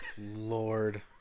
Lord